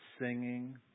singing